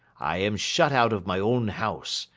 i am shut out of my own house,